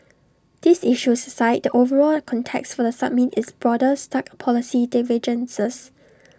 these issues aside the overall context for the summit is broader stark policy divergences